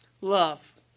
love